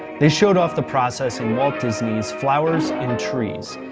they showed off the process in walt disney's flowers and trees,